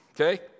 Okay